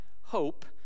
hope